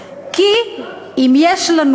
זה היה עולה שם.